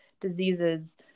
diseases